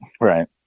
right